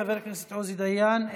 חבר הכנסת עוזי דיין,